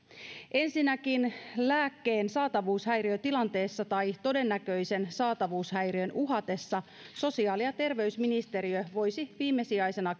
ensinnäkin lääkkeen saatavuushäiriötilanteessa tai todennäköisen saatavuushäiriön uhatessa sosiaali ja terveysministeriö voisi viimesijaisena